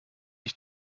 ich